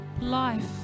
life